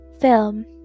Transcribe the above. film